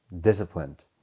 disciplined